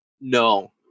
No